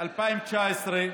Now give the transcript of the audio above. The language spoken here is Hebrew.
2019,